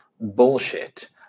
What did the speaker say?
bullshit